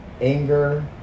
Anger